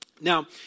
Now